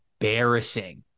embarrassing